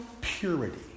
purity